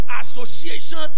association